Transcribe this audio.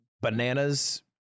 bananas